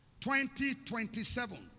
2027